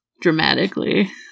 dramatically